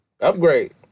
upgrade